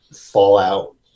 Fallout